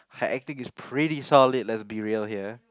her acting is pretty solid let's be real here